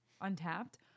untapped